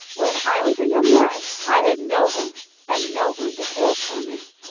when i was a young lad i had no home and no one to care for me,